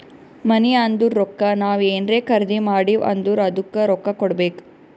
ಮನಿ ಅಂದುರ್ ರೊಕ್ಕಾ ನಾವ್ ಏನ್ರೇ ಖರ್ದಿ ಮಾಡಿವ್ ಅಂದುರ್ ಅದ್ದುಕ ರೊಕ್ಕಾ ಕೊಡ್ಬೇಕ್